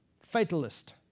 fatalist